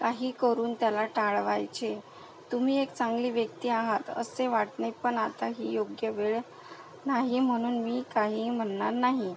काही करून त्याला टाळवायचे तुम्ही एक चांगली व्यक्ती आहात असे वाटणे पण आता ही योग्य वेळ नाही म्हणून मी काही म्हणणार नाही